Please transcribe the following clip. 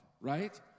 right